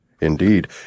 Indeed